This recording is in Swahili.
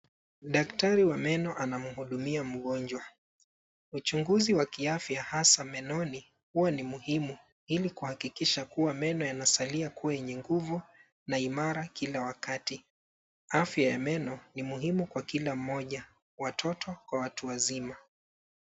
Daktari wa meno anamhudumia mgonjwa. Uchunguzi wa kiafya hasaa menoni huwa ni muhimu ili kuhakikisha kuwa meno yanasalia kuwa yenye nguvu na imara kila wakati. Afya ya meno ni muhimu kwa kila mmoja, watoto kwa watu wazima.